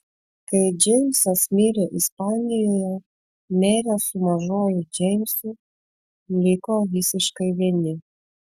kai džeimsas mirė ispanijoje merė su mažuoju džeimsu liko visiškai vieni